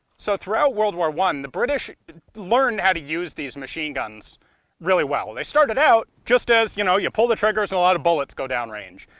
so throughout world war one the british learned how to use these machine guns really well. they started out just as, you know, you pull the triggers and a lot of bullets go downrange.